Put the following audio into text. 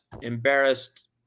embarrassed